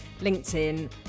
linkedin